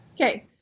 okay